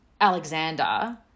Alexander